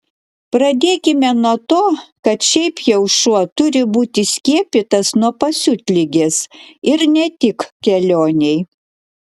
pradėkime nuo to kad šiaip jau šuo turi būti skiepytas nuo pasiutligės ir ne tik kelionei